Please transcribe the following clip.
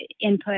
input